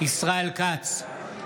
ישראל כץ, בעד רון כץ,